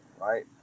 right